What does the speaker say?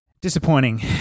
Disappointing